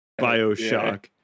Bioshock